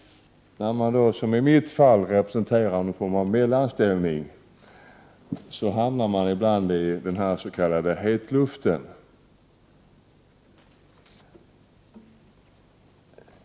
När man då, som i mitt fall, representerar någon form 7 av mellanställning, hamnar man ibland i den s.k. hetluften.